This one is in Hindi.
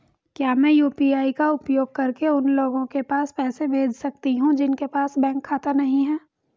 क्या मैं यू.पी.आई का उपयोग करके उन लोगों के पास पैसे भेज सकती हूँ जिनके पास बैंक खाता नहीं है?